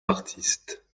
artistes